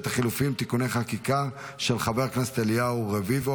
החילופים (תיקוני חקיקה) של חבר הכנסת אליהו רביבו,